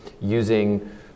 using